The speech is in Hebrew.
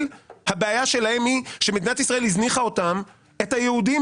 היא שמדינת ישראל הזניחה את היהודים,